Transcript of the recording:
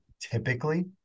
Typically